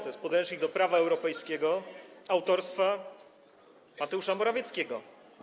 To jest podręcznik do prawa europejskiego autorstwa Mateusza Morawieckiego.